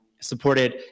supported